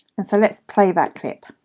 and so let's play that clip.